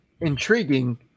intriguing